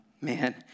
man—